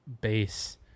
base